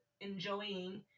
enjoying